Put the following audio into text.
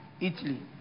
Italy